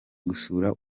gusura